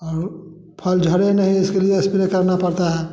और फल झड़े नहीं इसके लिए एस्प्रे करना पड़ता है